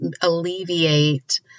alleviate